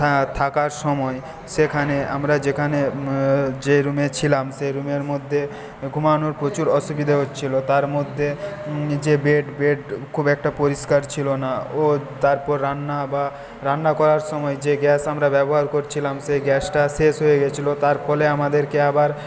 থাকার সময় সেখানে আমরা যেখানে যে রুমে ছিলাম সে রুমের মধ্যে ঘুমানোর প্রচুর অসুবিধে হচ্ছিল তার মধ্যে যে বেড খুব একটা পরিষ্কার ছিল না ও তারপর রান্না বা রান্না করার সময় যে গ্যাস আমরা ব্যবহার করছিলাম সে গ্যাসটা শেষ হয়ে গেছিল তার ফলে আমাদেরকে আবার